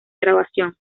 grabación